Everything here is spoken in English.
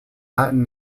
latin